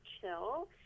chill